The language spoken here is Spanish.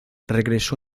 regresó